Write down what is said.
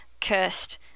cursed